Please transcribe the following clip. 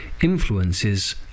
influences